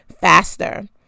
faster